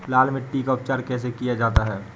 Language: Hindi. लाल मिट्टी का उपचार कैसे किया जाता है?